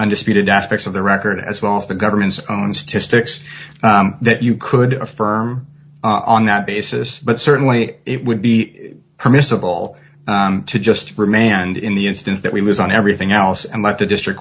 undisputed aspects of the record as well as the government's own statistics that you could affirm on that basis but certainly it would be permissible to just remand in the instance that we was on everything else and let the district